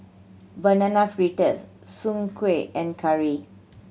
Banana Fritters Soon Kueh and curry